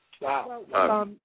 wow